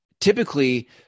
Typically